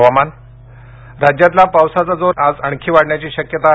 हवामान राज्यातला पावसाचा जोर आज आणखी वाढण्याची शक्यता आहे